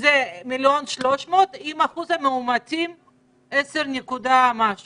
הוא 1.3 מיליון עם 10% מאומתים ועד